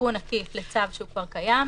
תיקון עקיף לצו שהוא כבר קיים,